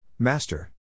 Master